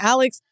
Alex